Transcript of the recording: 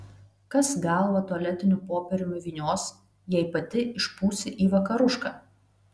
kas galvą tualetiniu popieriumi vynios jei pati išpūsi į vakarušką